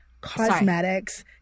Cosmetics